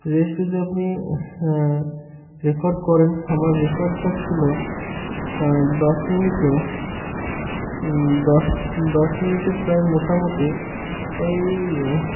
race যদি আপনি record করেন আমার রেকর্ডটা ছিল দশ মিনিটে দশ দশ মিনিটে প্রায় মোটামুটি ওই